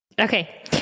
Okay